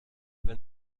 wenn